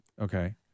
Okay